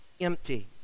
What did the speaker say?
empty